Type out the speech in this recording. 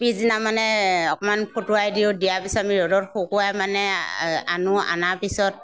পিছদিনা মানে অকণমাণ ফুটোৱাই দিওঁ দিয়া পিছত আমি ৰ'দত শুকুৱাই মানে আনো আনা পিছত